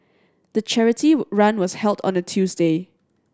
the charity run was held on a Tuesday